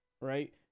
right